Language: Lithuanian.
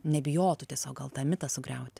nebijotų tiesiog gal tą mitą sugriauti